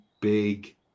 big